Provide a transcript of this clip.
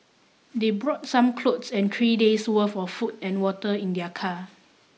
they brought some clothes and three days worth of food and water in their car